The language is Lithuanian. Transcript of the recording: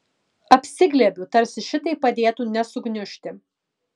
apsiglėbiu tarsi šitai padėtų nesugniužti